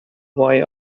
why